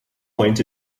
point